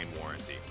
warranty